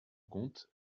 compte